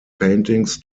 paintings